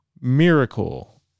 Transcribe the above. Miracle